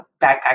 backpack